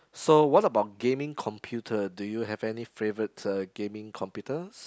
so what about gaming computer do you have any favourite uh gaming computers